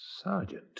Sergeant